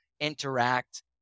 interact